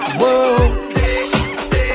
whoa